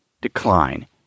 decline